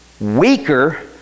weaker